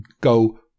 go